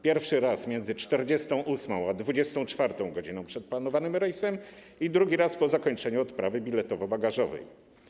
Pierwszy raz między 48. a 24. godziną przed planowanym rejsem, a drugi raz po zakończeniu odprawy biletowo-bagażowej.